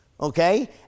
okay